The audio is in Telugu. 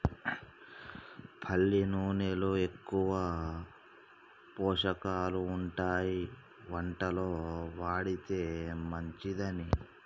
పల్లి నూనెలో ఎక్కువ పోషకాలు ఉంటాయి వంటలో వాడితే మంచిదని